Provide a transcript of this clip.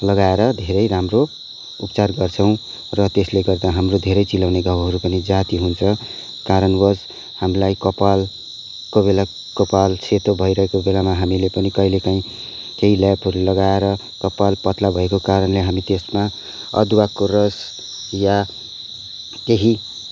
लगाएर धेरै लाम्रो उपचार गर्छौँ र त्यसले गर्दा हाम्रो धेरै चिलाउने घाउहरू पनि जाती हुन्छ कारणवश हामीलाई कपाल कोही बेला कपाल सेतो भइरहेको बेलामा हामीले पनि कहिले कहीँ केही लेपहरू लगाएर कपाल पातला भएको कारणले हामी त्यसमा अदुवाको रस या केही